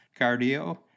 cardio